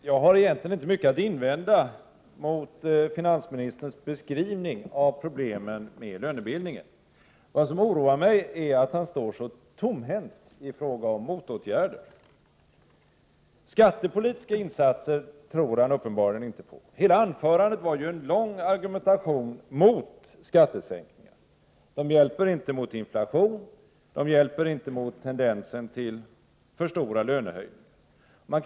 Herr talman! Jag har egentligen inte mycket att invända mot finansministerns beskrivning av problemen med lönebildningen. Vad som oroar mig är att han står så tomhänt i fråga om motåtgärder. Skattepolitiska insatser tror han uppenbarligen inte på. Hela anförandet var ju en lång argumentation mot skattesänkningar. De hjälper inte mot inflation, de hjälper inte mot tendensen till för stora lönehöjningar.